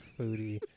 foodie